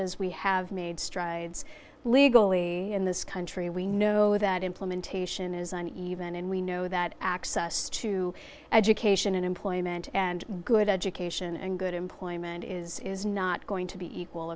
as we have made strides legally in this country we know that implementation is an event and we know that access to education and employment and good education and good employment is is not going to be equal